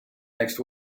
next